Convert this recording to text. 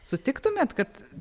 sutiktumėt kad